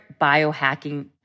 biohacking